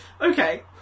Okay